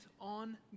on